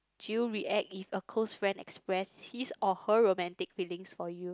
you react if a close friend express his or her romantic feelings for you